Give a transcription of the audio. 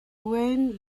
wayne